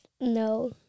No